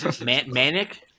Manic